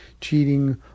cheating